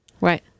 Right